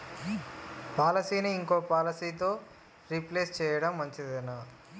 పాలసీని ఇంకో పాలసీతో రీప్లేస్ చేయడం మంచిదేనా?